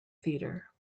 theater